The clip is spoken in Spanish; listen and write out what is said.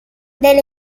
del